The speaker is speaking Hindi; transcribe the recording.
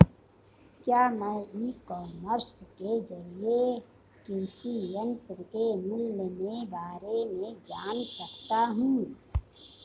क्या मैं ई कॉमर्स के ज़रिए कृषि यंत्र के मूल्य में बारे में जान सकता हूँ?